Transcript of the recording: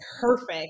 perfect